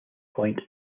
point